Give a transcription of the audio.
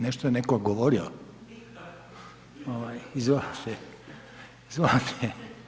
Nešto je netko govorio, izvolite, izvolite.